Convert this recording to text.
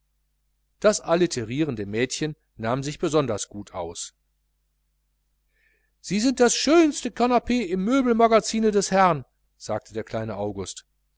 das alliterierende mädchen nahm sich besonders gut aus sie sind das schönste kanapee im möbelmagazine des herrn sagte der kleine august